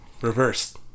Reverse